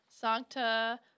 Santa